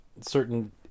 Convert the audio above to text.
certain